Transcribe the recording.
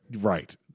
Right